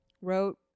wrote